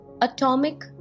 Atomic